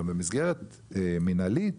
אבל במסגרת מינהלית